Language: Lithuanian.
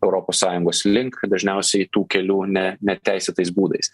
europos sąjungos link dažniausiai tų kelių ne neteisėtais būdais